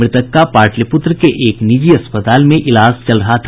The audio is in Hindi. मृतक का पाटलिपुत्र के एक निजी अस्पताल में इलाज चल रहा था